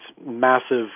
massive